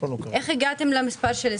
איך הגעתם ל-23?